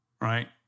right